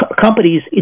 companies